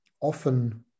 often